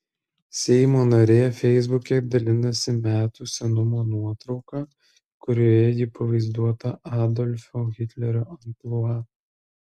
seimo narė feisbuke dalinasi metų senumo nuotrauka kurioje ji pavaizduota adolfo hitlerio amplua